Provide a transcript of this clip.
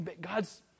God's